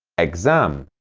exam,